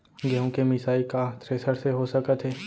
गेहूँ के मिसाई का थ्रेसर से हो सकत हे?